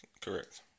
Correct